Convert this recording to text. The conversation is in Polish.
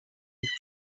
ich